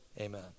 Amen